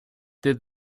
did